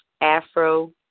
Afro